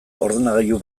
ordenagailu